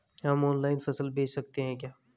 हम ऑनलाइन फसल बेच सकते हैं क्या?